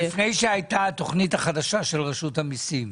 לפני שהייתה התכנית החדשה של רשות המיסים,